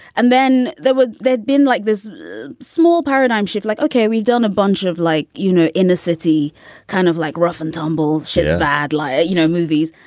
and then there were there'd been like this small paradigm shift like, okay, we've done a bunch of like, you know, inner city kind of like rough and tumble shit, bad like, you know, movies.